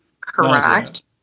Correct